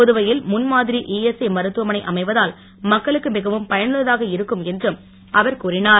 புதுவையில் முன்மாதிரி இஎஸ்ஐ மருத்துவமனை அமைவதால் மக்களுக்கு மிகவும் பயனுள்ளதாக இருக்கும் என்றும் அவர் கூறினார்